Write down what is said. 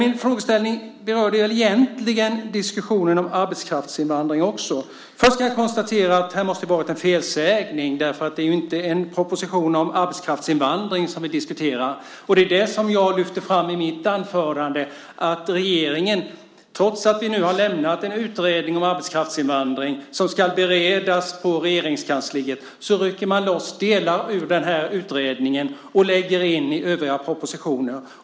Min frågeställning berörde egentligen diskussionen om arbetskraftsinvandring också. Först ska jag konstatera att det här måste ha varit en felsägning. Det är ju inte en proposition om arbetskraftsinvandring som vi diskuterar. Det är det som jag lyfte fram i mitt anförande, att regeringen trots att vi nu har lämnat en utredning om arbetskraftsinvandring som ska beredas på Regeringskansliet rycker loss delar ur den och lägger in i övriga propositioner.